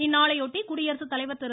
இந்நாளையொட்டி குடியரசுத்தலைவர் திரு